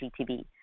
GTV